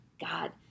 God